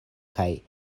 kaj